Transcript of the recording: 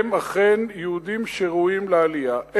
הם אכן יהודים שראויים לעלייה,